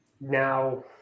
Now